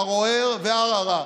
ערוער, ערערה,